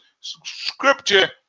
scripture